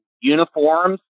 uniforms